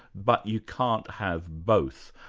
but you can't have both.